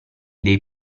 dei